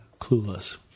clueless